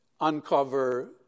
uncover